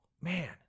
Man